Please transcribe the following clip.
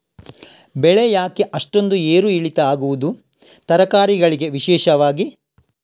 ಬೆಳೆ ಯಾಕೆ ಅಷ್ಟೊಂದು ಏರು ಇಳಿತ ಆಗುವುದು, ತರಕಾರಿ ಗಳಿಗೆ ವಿಶೇಷವಾಗಿ?